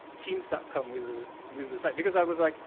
teams dot com was ah was the site? because i was like,